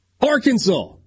Arkansas